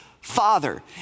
father